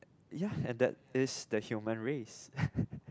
ya and that is the human race